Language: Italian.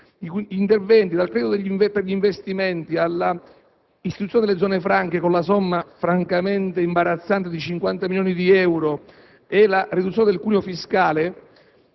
interventi, dal credito per gli investimenti, all'istituzione delle zone franche (con la somma, francamente, imbarazzante di 50 milioni di euro), alla riduzione del cuneo fiscale,